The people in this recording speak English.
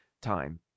time